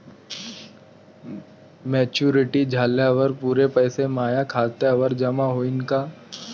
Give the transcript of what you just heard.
Maturity झाल्यावर पुरे पैसे माया खात्यावर जमा होईन का?